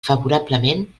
favorablement